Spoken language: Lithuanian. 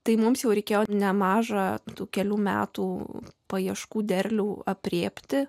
tai mums jau reikėjo nemažą tų kelių metų paieškų derlių aprėpti